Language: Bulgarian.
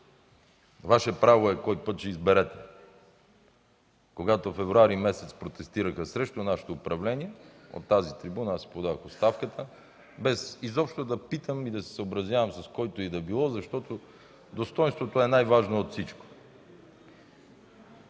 Ваше право е кой път ще изберете. Когато февруари месец протестираха срещу нашето управление, от тази трибуна аз си подадох оставката, без изобщо да питам и да се съобразявам с когото й да било, защото достойнството е най-важно от всичко.